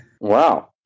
Wow